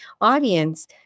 audience